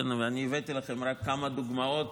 ואני הבאתי לכם רק כמה דוגמאות